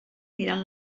mirant